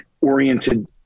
oriented